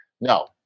No